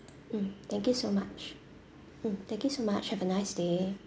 mm thank you so much mm thank you so much have a nice day